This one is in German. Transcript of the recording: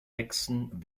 hexen